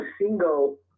single